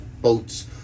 boats